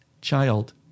child